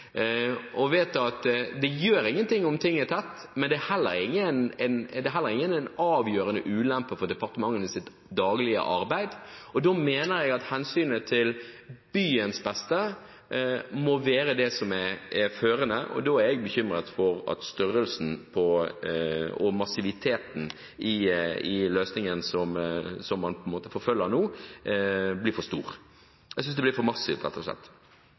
og vi vet at det gjør ingenting om ting er tett, men om det ikke er tett, er det heller ingen avgjørende ulempe i det daglige arbeid. Da mener jeg at hensynet til byens beste må være det førende. Da er jeg bekymret for størrelsen og massiviteten i løsningen som man legger opp til nå – det blir for stort. Jeg syns det blir for massivt, rett og slett.